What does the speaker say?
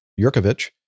Yurkovich